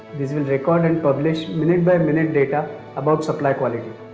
these will record and publish minute-by-minute data about supply quality.